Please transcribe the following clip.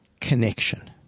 connection